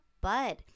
bud